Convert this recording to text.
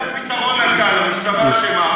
אז זה הפתרון הקל: המשטרה אשמה,